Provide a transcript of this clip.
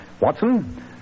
Watson